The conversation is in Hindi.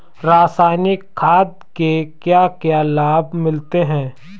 रसायनिक खाद के क्या क्या लाभ मिलते हैं?